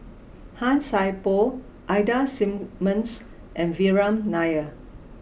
Han Sai Por Ida Simmons and Vikram Nair